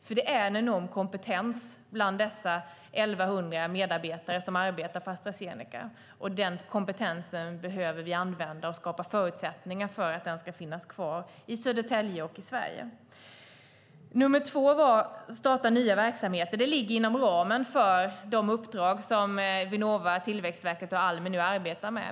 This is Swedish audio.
Det finns ju en enorm kompetens bland dessa 1 100 medarbetare som arbetar på Astra Zeneca, och den kompetensen behöver vi använda och skapa förutsättningar för så att den kan finnas kvar i Södertälje och i Sverige. När det handlar om att starta nya verksamheter ligger det inom ramen för de uppdrag som Vinnova, Tillväxtverket och Almi nu arbetar med.